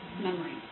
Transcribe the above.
memory